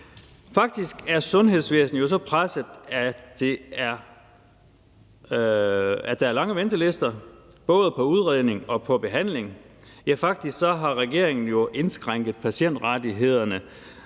Faktisk er sundhedsvæsenet jo så presset, at der er lange ventelister, både i forhold til udredning og i forhold til behandling, og faktisk har regeringen indskrænket patientrettighederne,